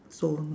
so